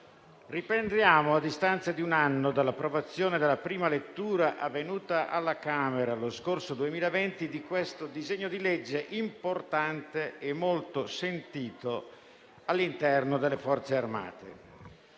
riprendiamo, a distanza di un anno dall'approvazione della prima lettura, avvenuta alla Camera lo scorso 2020, l'esame di questo disegno di legge importante e molto sentito all'interno delle Forze armate.